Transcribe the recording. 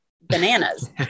bananas